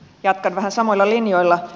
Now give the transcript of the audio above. jatkan vähän samoilla linjoilla